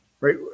right